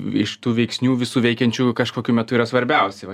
iš tų veiksnių visų veikiančių kažkokių metu yra svarbiausi va